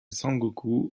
sengoku